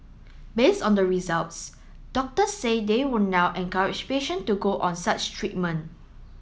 based on the results doctors say they will now encourage patient to go on such treatment